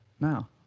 now